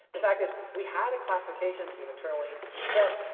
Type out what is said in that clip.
the fact is we had a classification scheme internally that,